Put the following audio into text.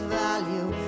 value